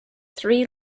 three